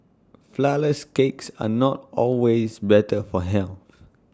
Flourless Cakes are not always better for health